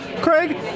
Craig